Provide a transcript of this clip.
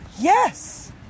Yes